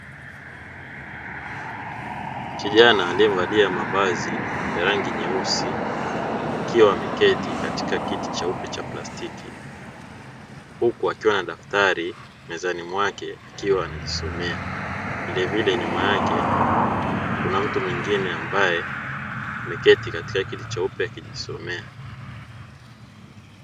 Kijana aliyevalia mavazi ya rangi nyeusi akiwa ameketi katika kiti cheupe cha plastiki, huku akiwa na daftari mezani mwake akiwa anajisomea, vilevile nyuma yake kuna mtu mwingine ambaye ameketi katika kiti cheupe akijisomea.